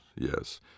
yes